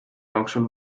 jooksul